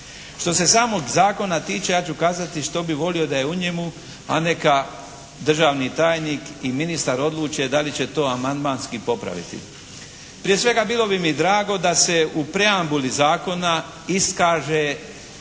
Što se samog zakona tiče ja ću kazati što bi volio da je u njemu, a neka državni tajnik i ministar odluče da li će to amandmanski popraviti. Prije svega bilo bi mi drago da se u preambuli zakona iskaže